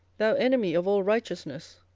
thou enemy of all righteousness,